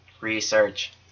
Research